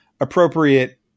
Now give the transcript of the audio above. appropriate